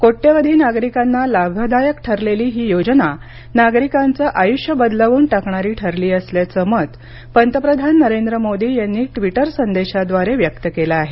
कोट्यवधी नागरिकांना लाभदायक ठरलेली ही योजना नागरिकांचं आयुष्य बदलवून टाकणारी ठरली असल्याचं मत पंतप्रधान नरेंद्र मोदी यांनी ट्विटर संदेशाद्वारे व्यक्त केलं आहे